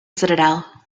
citadel